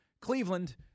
Cleveland